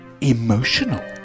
emotional